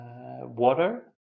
water